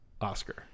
Oscar